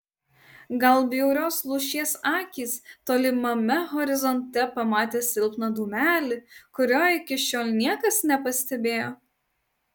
gal bjaurios lūšies akys tolimame horizonte pamatė silpną dūmelį kurio iki šiol niekas nepastebėjo